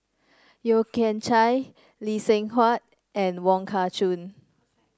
Yeo Kian Chai Lee Seng Huat and Wong Kah Chun